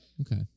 Okay